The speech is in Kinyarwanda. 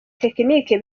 tekinike